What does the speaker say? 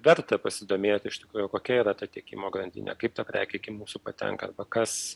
verta pasidomėti iš tikrųjų o kokia yra ta tiekimo grandinę kaip ta prekė iki mūsų patenka va kas